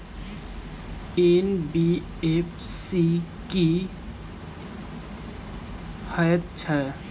NBFC की हएत छै?